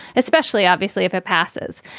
especially obviously, if it passes.